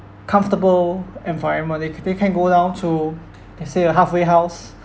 comfortable environment they can they can go down to let's say a halfway house